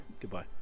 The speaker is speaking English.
Goodbye